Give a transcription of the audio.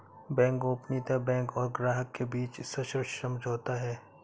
bank गोपनीयता bank और ग्राहक के बीच सशर्त समझौता है